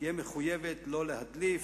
תהיה מחויבת לא להדליף,